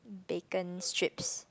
bacon strips